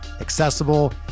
accessible